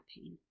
pain